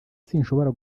sinshobora